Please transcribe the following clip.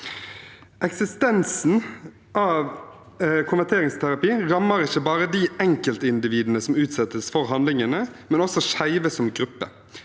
Eksistensen av konverteringsterapi rammer ikke bare de enkeltindividene som utsettes for handlingene, men også skeive som gruppe.